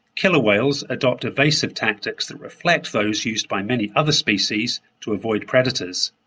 killer whales adopt evasive tactics that reflect those used by many other species to avoid predators.